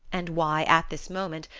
and why, at this moment,